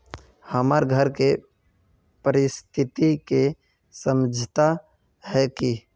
हमर घर के परिस्थिति के समझता है की?